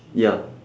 ya